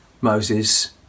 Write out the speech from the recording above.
Moses